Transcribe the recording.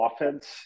offense